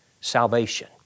salvation